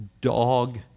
dog